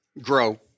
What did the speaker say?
grow